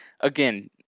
again